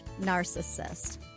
narcissist